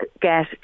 get